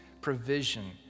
provision